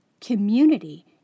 Community